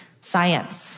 Science